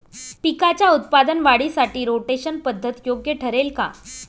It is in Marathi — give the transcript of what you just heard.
पिकाच्या उत्पादन वाढीसाठी रोटेशन पद्धत योग्य ठरेल का?